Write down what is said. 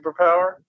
superpower